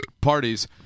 parties